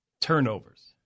Turnovers